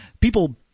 people